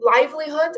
Livelihood